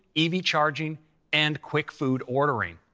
ev charging and quick food ordering.